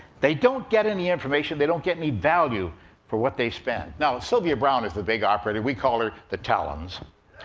they don't get any information, they don't get any value for what they spend. now, sylvia browne is the big operator. we call her the talons.